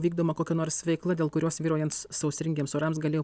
vykdoma kokia nors veikla dėl kurios vyraujant s sausringiems orams galėjo